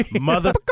Mother